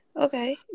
Okay